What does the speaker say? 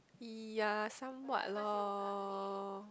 ya somewhat lor